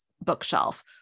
bookshelf